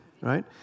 right